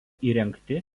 įrengti